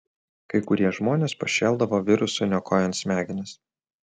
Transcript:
kai kurie žmonės pašėldavo virusui niokojant smegenis